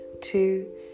two